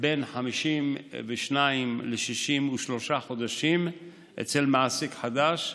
בין 52 ל-63 חודשים אצל מעסיק חדש,